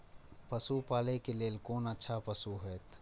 पशु पालै के लेल कोन अच्छा पशु होयत?